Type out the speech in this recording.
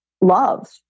love